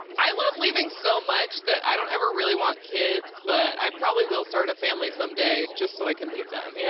i love leaving so much that i don't ever really want kids but i probably will start a family some day just so i can leave them, you know